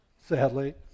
sadly